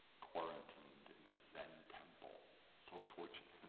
quarantined in a zen temple so fortunate!